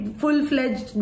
full-fledged